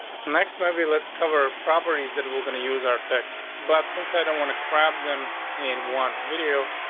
next movie. let's cover properties that were going to use our text. but since i don't want a crab, them in one video,